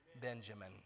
Benjamin